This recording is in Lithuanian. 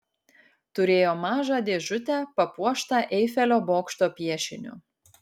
turėjo mažą dėžutę papuoštą eifelio bokšto piešiniu